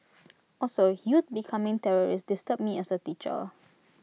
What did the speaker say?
also youth becoming terrorists disturbs me as A teacher